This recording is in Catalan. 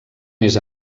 més